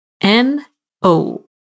N-O